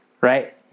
Right